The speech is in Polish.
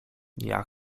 jak